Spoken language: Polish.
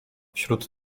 wśród